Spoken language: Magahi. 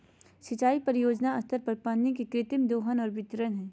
सिंचाई परियोजना स्तर पर पानी के कृत्रिम दोहन और वितरण हइ